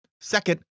Second